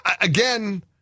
Again